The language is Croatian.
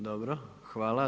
Dobro, hvala.